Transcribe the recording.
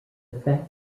fact